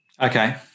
Okay